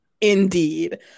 indeed